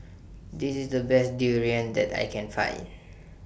This IS The Best Durian that I Can Find